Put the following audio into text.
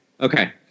Okay